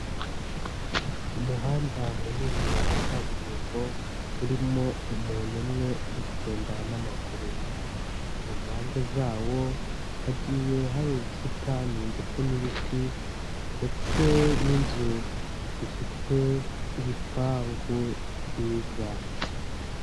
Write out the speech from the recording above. Umuhanda munini wa kaburimbo urimo umuntu umwe uri kugenda n'amaguru. Ku mpande zawo hagiye hari ubusitani ndetse n'ibiti ndetse n'inzu zifite ibipangu byiza.